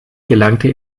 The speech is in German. gelangte